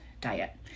diet